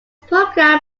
program